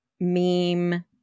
meme